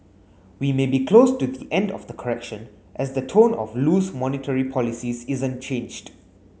we may be close to the end of the correction as the tone of loose monetary policies isn't changed